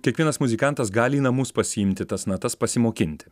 kiekvienas muzikantas gali į namus pasiimti tas natas pasimokinti